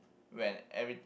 when every